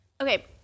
Okay